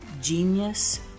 Genius